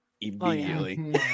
immediately